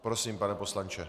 Prosím, pane poslanče.